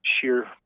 sheer